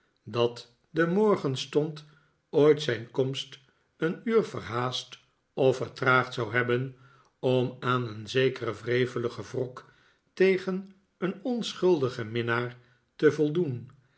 dat de morgenstond ooit zijn komst een uur verhaast of vertraagd zou hebben om aan een zekeren wreveligen wrok tegen een onschuldigen minnaar te voldoen